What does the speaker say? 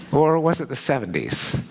or was it the seventy s?